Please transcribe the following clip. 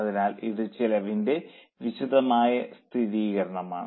അതിനാൽ ഇത് ചെലവിന്റെ വിശദമായ സ്ഥിരീകരണമാണ്